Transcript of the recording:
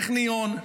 הטכניון,